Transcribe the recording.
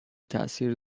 تاثیر